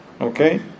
Okay